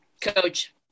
Coach